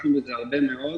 עסקנו בזה הרבה מאוד.